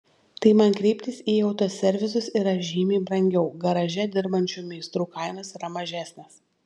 tai man kreiptis į autoservisus yra žymiai brangiau garaže dirbančių meistrų kainos yra mažesnės